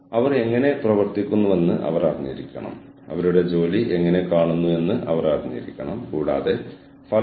പക്ഷേ നയങ്ങൾ രൂപീകരിക്കേണ്ടത് അവരെ ഒന്നിപ്പിക്കുന്ന ആളുകളുടെ ഗ്രൂപ്പുമായി കൂടിയാലോചിച്ചാണ്